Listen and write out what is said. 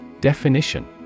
Definition